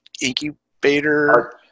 incubator